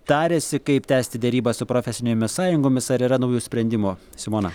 tariasi kaip tęsti derybas su profesinėmis sąjungomis ar yra naujų sprendimų simona